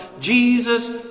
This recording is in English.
Jesus